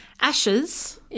ashes